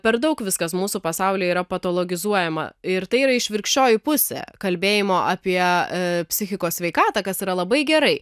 per daug viskas mūsų pasaulyje yra patologizuojama ir tai yra išvirkščioji pusė kalbėjimo apie psichikos sveikatą kas yra labai gerai